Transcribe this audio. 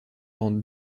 dans